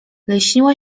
lśniła